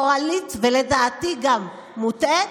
ולדעתי, גם מוטעית,